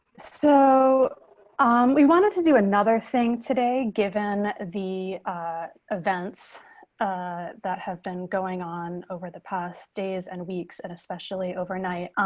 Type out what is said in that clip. so we wanted to do another thing today, given the events that have been going on over the past days and weeks and especially overnight.